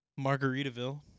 Margaritaville